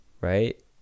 right